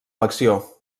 elecció